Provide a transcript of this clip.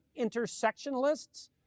intersectionalists